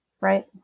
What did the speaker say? Right